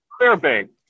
Fairbanks